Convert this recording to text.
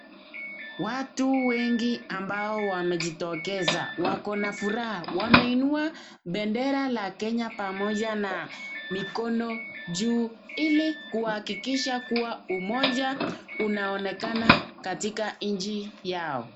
Watu wengi ambao wamejitokeza, wako na furaha, wameinua bendera la Kenya pamoja na mikono juu ili kuhakikisha kuwa umoja inaonekana katika nchi yao.